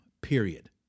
period